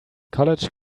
college